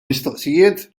mistoqsijiet